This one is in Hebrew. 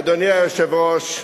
אדוני היושב-ראש,